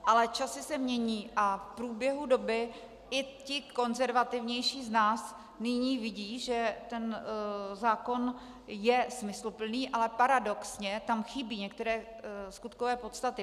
Ale časy se mění a v průběhu doby i ti konzervativnější z nás nyní vidí, že ten zákon je smysluplný, ale paradoxně tam chybí některé skutkové podstaty.